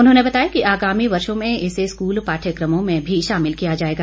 उन्होंने बताया कि आगामी वर्षाँ में इसे स्कूल पाठयकमों में भी शामिल किया जाएगा